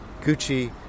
Gucci